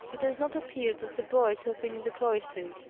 it does not appear that the boys have been in the cloisters.